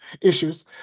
issues